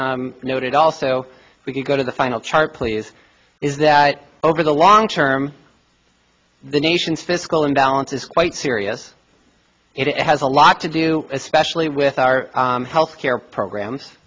noted also we go to the final chart please is that over the long term the nation's fiscal imbalance is quite serious it has a lot to do especially with our health care programs